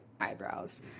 eyebrows